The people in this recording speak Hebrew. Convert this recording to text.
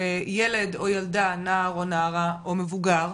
שילד או ילדה, נער או נערה, או מבוגר,